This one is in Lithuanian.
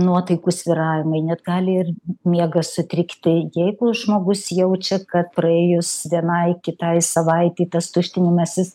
nuotaikų svyravimai net gali ir miegas sutrikti jeigu žmogus jaučia kad praėjus vienai kitai savaitei tas tuštinimasis